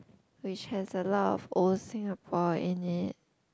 which has a lot of old Singapore in it